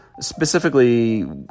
specifically